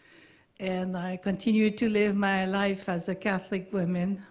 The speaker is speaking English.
and i continued to live my life as a catholic woman,